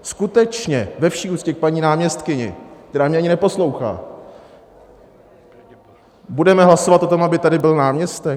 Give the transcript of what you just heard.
Skutečně ve vší úctě k paní náměstkyni, která mě ani neposlouchá, budeme hlasovat o tom, aby tady byl náměstek?